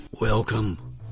Welcome